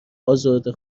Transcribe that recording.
ازرده